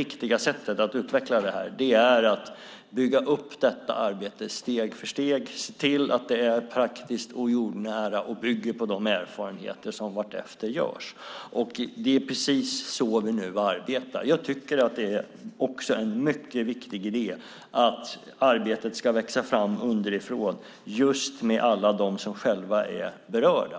riktiga sättet att utveckla det här är att bygga upp detta arbete steg för steg och se till att det är praktiskt och jordnära och bygger på de erfarenheter som vartefter görs. Det är precis så vi nu arbetar. Jag tycker att det är en mycket viktig idé att arbetet ska växa fram underifrån just med alla dem som själva är berörda.